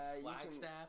Flagstaff